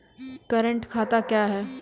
Current खाता क्या हैं?